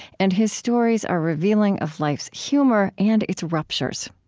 and his stories are revealing of life's humor and its ruptures.